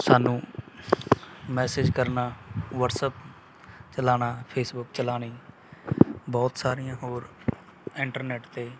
ਸਾਨੂੰ ਮੈਸੇਜ ਕਰਨਾ ਵਟਸਐਪ ਚਲਾਉਣਾ ਫੇਸਫੁੱਕ ਚਲਾਉਣੀ ਬਹੁਤ ਸਾਰੀਆਂ ਹੋਰ ਐਂਟਰਨੈਟ 'ਤੇ